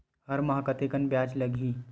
हर माह कतेकन ब्याज लगही?